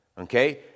Okay